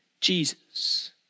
Jesus